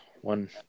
One